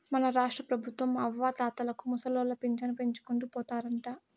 మన రాష్ట్రపెబుత్వం అవ్వాతాతలకు ముసలోళ్ల పింఛను పెంచుకుంటూ పోతారంట